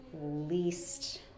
least